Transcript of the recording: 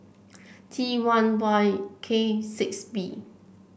T one Y K six B